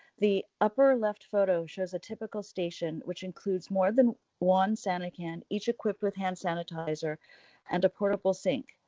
the upper left photo shows a typical station which includes more than one sani can, each equipped with hand sanitizer and a portable sink.